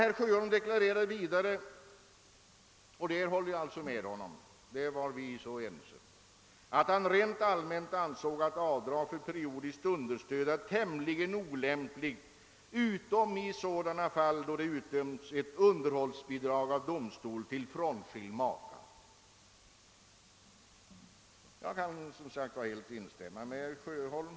Herr Sjöholm deklarerade vidare — och på den punkten var vi helt ense — att han rent allmänt ansåg att avdrag för periodiskt understöd är tämligen olämpliga utom då det av domstol utdömts ett underhållsbidrag till frånskild make. Jag kan som sagt helt instämma med herr Sjöholm.